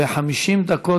ו-50 דקות,